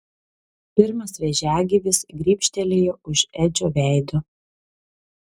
pirmas vėžiagyvis grybštelėjo už edžio veido